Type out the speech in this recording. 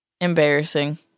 embarrassing